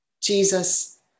Jesus